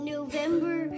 November